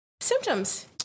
symptoms